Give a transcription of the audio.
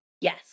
yes